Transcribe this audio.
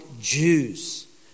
Jews